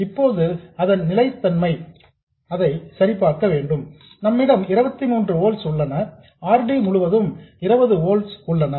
இப்போது அதன் நிலைத்தன்மையை சரிபார்க்கவும் நம்மிடம் 23 ஓல்ட்ஸ் உள்ளன R D முழுவதும் 20 ஓல்ட்ஸ் உள்ளன